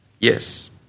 yes